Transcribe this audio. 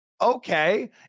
Okay